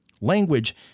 Language